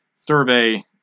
survey